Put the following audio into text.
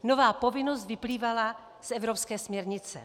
Nová povinnost vyplývala z evropské směrnice.